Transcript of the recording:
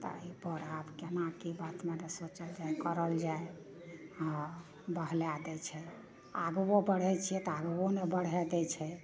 तऽ ई पर आब केना की बात मदद सब कएल जाइ करल जाइ आ बहलए दै छै आगुओ बढ़ै छियै तऽ आगुओ नहि बढ़ए दै छै